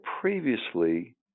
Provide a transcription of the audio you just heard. previously